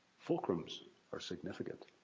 fulcrums are significant.